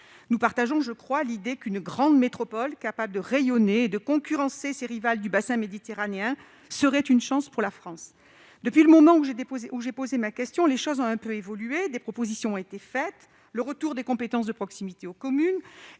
Nous partageons, je le crois, l'idée qu'une grande métropole, capable de rayonner et de concurrencer ses rivales du bassin méditerranéen, serait une chance pour la France. Depuis le moment où j'ai déposé cette question orale, les choses ont un peu évolué. Des propositions ont été faites- retour des compétences de proximité aux communes